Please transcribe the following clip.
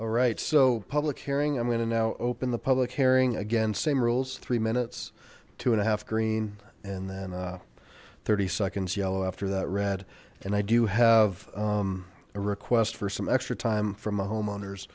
alright so public hearing i'm going to now open the public hearing again same rules three minutes two and a half green and then thirty seconds yellow after that red and i do have a request for some extra time from a homeowner's